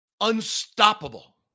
unstoppable